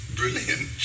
brilliant